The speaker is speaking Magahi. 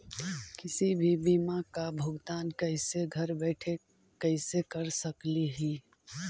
किसी भी बीमा का भुगतान कैसे घर बैठे कैसे कर स्कली ही?